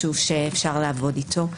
משהו שאפשר לעבוד איתו.